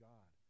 God